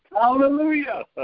Hallelujah